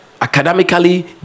Academically